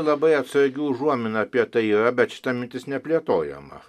labai atsargi užuomina apie tai yra bet šita mintis neplėtojama